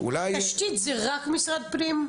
תשתית זה רק משרד הפנים?